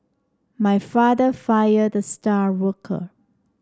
my father fired the star worker